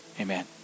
Amen